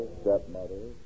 stepmother